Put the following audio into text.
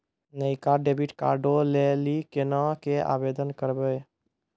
नयका डेबिट कार्डो लै लेली केना के आवेदन करबै?